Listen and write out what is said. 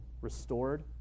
restored